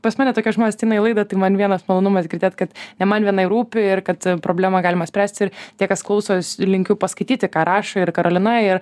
pas mane tokie žmonės ateina į laidą tai man vienas malonumas girdėt kad ne man vienai rūpi ir kad problemą galima spręst ir tie kas klausos linkiu paskaityti ką rašo ir karolina ir